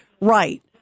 right